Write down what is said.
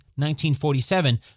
1947